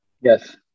Yes